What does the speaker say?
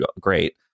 great